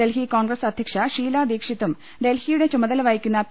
ഡൽഹി കോൺഗ്രസ് അധ്യക്ഷ ഷീലാദീക്ഷിതും ഡ്രൽഹിയുടെ ചുമതല വഹിക്കുന്ന പി